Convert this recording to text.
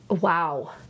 Wow